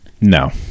No